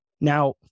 Now